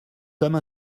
comme